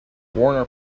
warner